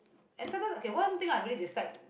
and sometimes okay one thing I really dislike